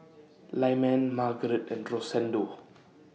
Lyman Margarete and Rosendo